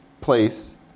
place